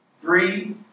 Three